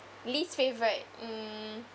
least favorite mm